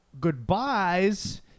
goodbyes